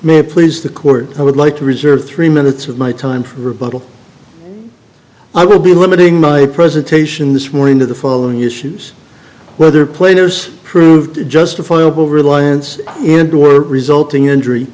may please the court i would like to reserve three minutes of my time for rebuttal i will be limiting my presentation this morning to the following issues whether platers proved justifiable reliance into or resulting injury